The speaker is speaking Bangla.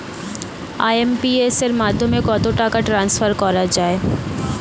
আই.এম.পি.এস এর মাধ্যমে কত টাকা ট্রান্সফার করা যায়?